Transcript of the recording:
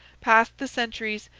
passed the sentries,